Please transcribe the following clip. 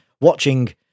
watching